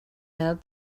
held